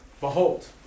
Behold